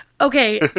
okay